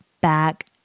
back